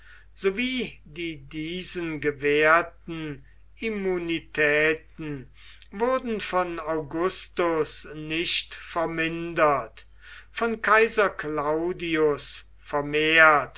sowie die diesen gewährten immunitäten wurden von augustus nicht vermindert von kaiser claudius